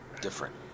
different